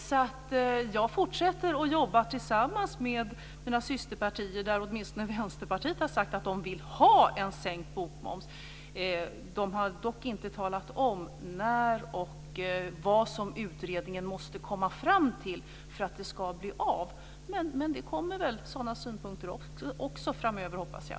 Så jag fortsätter att jobba tillsammans med mina systerpartier. Åtminstone Vänsterpartiet har sagt att man vill ha en sänkt bokmoms. Man har dock inte talat om när och vad utredningen måste komma fram till för att det ska bli av. Men det kommer väl sådana synpunkter också framöver, hoppas jag.